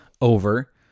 over